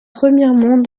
remiremont